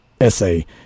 essay